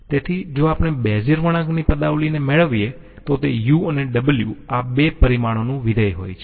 તેથી જો આપણે બેઝીઅર વળાંકની પદાવલિને મેળવીએ તો તે u અને w આ 2 પરિમાણોનું વિધેય હોય છે